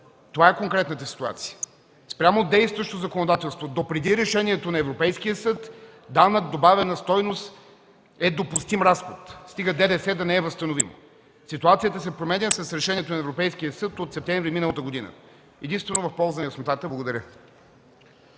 Това е конкретната ситуация. Спрямо действащото законодателство допреди решението на Европейския съд данък добавена стойност е допустим разход, стига ДДС да не е възстановимо. Ситуацията се променя с решенията на Европейския съд от септември миналата година. Единствено в полза на яснотата. Благодаря.